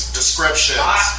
descriptions